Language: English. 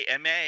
MA